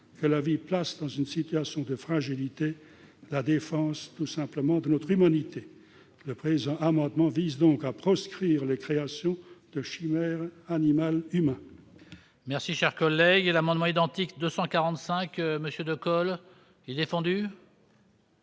que la vie place dans une situation de fragilité, et donc avec la défense de notre humanité. Le présent amendement vise ainsi à proscrire les créations de chimères animal-humain.